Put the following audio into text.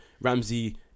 Ramsey